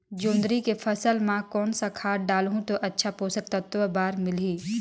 जोंदरी के फसल मां कोन सा खाद डालहु ता अच्छा पोषक तत्व पौध बार मिलही?